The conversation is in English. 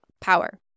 power